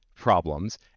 problems